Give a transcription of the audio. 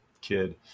kid